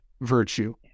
virtue